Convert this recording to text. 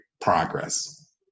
progress